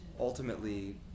ultimately